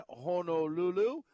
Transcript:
Honolulu